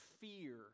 fear